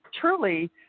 Truly